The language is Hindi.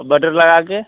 अ बटर लगा के